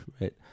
right